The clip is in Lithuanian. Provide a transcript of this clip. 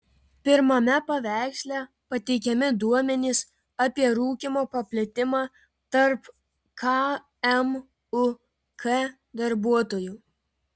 pirmame paveiksle pateikiami duomenys apie rūkymo paplitimą tarp kmuk darbuotojų